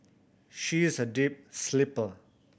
she is a deep sleeper